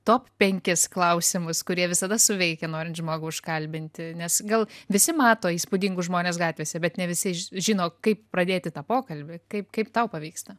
top penkis klausimus kurie visada suveikia norint žmogų užkalbinti nes gal visi mato įspūdingus žmones gatvėse bet ne visi žino kaip pradėti tą pokalbį kaip kaip tau pavyksta